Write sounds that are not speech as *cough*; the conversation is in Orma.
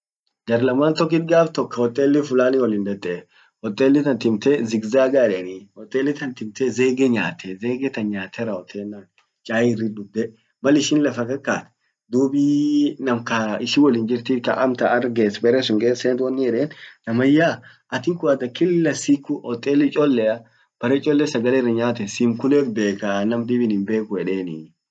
jar laman tokkit gaf tok hoteli fulani wollin dete, hoteli tan timte, zigzaga edeni .hoteli tan timte zege nyate, zege tan nyate rawwotennan chai irrit duthe. Malishin lafa kakat dub *hesitation* nam kaa ishin wollin jirtit taam tan arm ges bere sun gesent wonin yeden namanyaa atin kun ada killa siku hoteli ccholea ,bare cchole sagale irra nyaaten sim kulet bekaa nam dibin himbeku edeni.